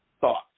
Thoughts